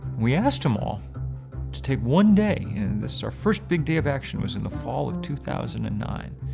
we asked them all to take one day and this was our first big day of action was in the fall of two thousand and nine.